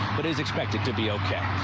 but is expected to be ah